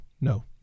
no